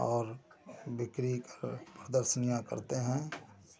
और बिक्री कर प्रदर्शनियाँ करते हैं